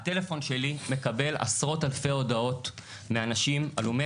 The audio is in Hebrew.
הטלפון שלי מקבל עשרות אלפי הודעות מאנשים הלומי